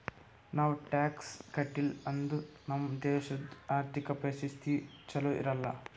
ನಾವ್ ಟ್ಯಾಕ್ಸ್ ಕಟ್ಟಿಲ್ ಅಂದುರ್ ನಮ್ ದೇಶದು ಆರ್ಥಿಕ ಪರಿಸ್ಥಿತಿ ಛಲೋ ಇರಲ್ಲ